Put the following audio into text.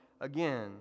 again